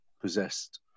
possessed